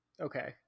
Okay